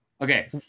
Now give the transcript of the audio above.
okay